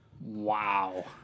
Wow